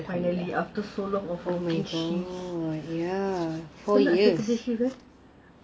finally after so long of working shifts penat seh kerja shift